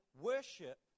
worship